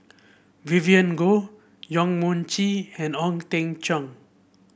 Vivien Goh Yong Mun Chee and Ong Teng Cheong